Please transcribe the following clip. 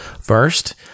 First